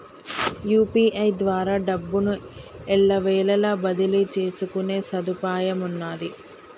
UPI ద్వారా డబ్బును ఎల్లవేళలా బదిలీ చేసుకునే సదుపాయమున్నాది